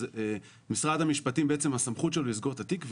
אז משרד המשפטים בעצם הסמכות שלו לסגור את התיק.